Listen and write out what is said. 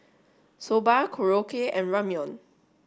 Soba Korokke and Ramyeon